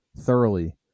thoroughly